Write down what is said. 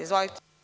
Izvolite.